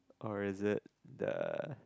or is it the